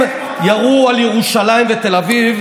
הם ירו על ירושלים ותל אביב,